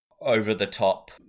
over-the-top